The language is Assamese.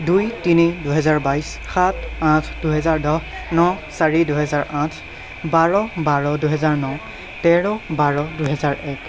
দুই তিনি দুহেজাৰ বাইছ সাত আঠ দুহেজাৰ দহ ন চাৰি দুহেজাৰ আঠ বাৰ বাৰ দুহেজাৰ ন তেৰ বাৰ দুহেজাৰ এক